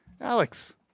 Alex